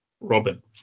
Robin